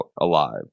alive